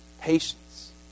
Patience